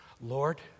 Lord